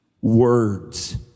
words